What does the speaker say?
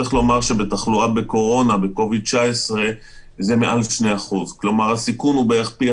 צריך לומר שבתחלואה בקורונה זה מעל 2%. זאת אומרת הסיכון הוא בערך פי